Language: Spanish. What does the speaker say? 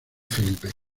felipe